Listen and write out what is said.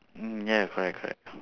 mm ya correct correct